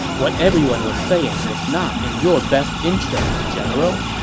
what everyone was saying was not in your best interest, general,